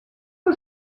que